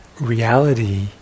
reality